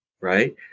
Right